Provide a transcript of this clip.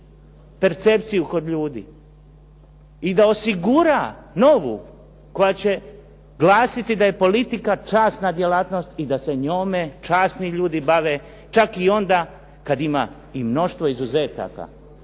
percepciju kod ljudi i da osigura novu koja će glasiti da je politika časna djelatnost i da se njome časni ljudi bave, čak i onda kad ima i mnoštvo izuzetaka.